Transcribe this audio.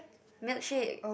milkshake